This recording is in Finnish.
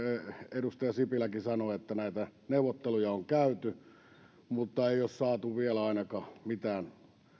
edustaja sipiläkin sanoi näitä neuvotteluja on käyty mutta ei ole saatu ainakaan vielä mitään